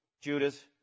Judas